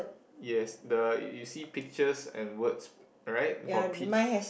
yes the you see peaches and words right for peach